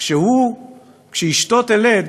כשאשתו תלד